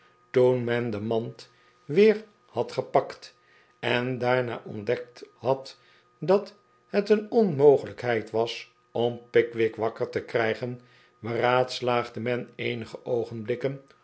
toen men de mand weer had gepakt en daarna ontdekt had dat het een onmogelijkheid was om pickwick wakker te krijgen beraadslaagde men eenige oogenblikken